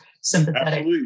sympathetic